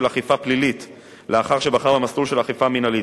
אכיפה פלילית לאחר שבחר במסלול של אכיפה מינהלית,